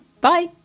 Bye